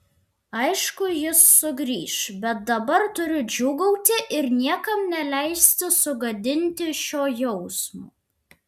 aišku jis sugrįš bet dabar turiu džiūgauti ir niekam neleisti sugadinti šio jausmo